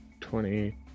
twenty